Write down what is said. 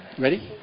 Ready